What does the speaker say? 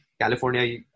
California